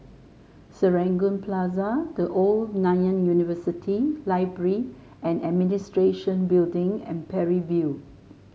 Serangoon Plaza The Old Nanyang University Library And Administration Building and Parry View